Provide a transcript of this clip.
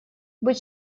быть